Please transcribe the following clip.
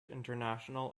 international